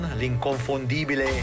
l'inconfondibile